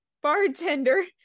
Bartender